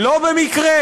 לא במקרה,